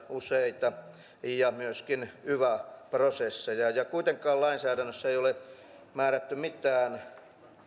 useita malminetsintälupahakemuksia ja myöskin yva prosesseja kuitenkaan lainsäädännössä ei ole määrätty mitään